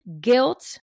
guilt